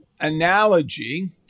analogy